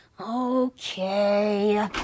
Okay